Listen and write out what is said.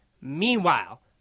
Meanwhile